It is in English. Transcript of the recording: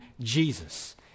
Jesus